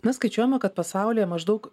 na skaičiuojama kad pasaulyje maždaug